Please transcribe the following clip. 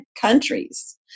countries